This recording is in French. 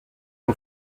son